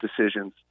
decisions